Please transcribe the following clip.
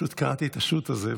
פשוט קראתי את השו"ת הזה,